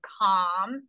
calm